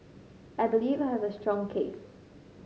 I believe I have a strong case